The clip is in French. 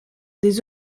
des